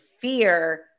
fear